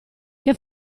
che